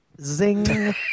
zing